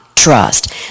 trust